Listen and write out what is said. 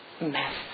mess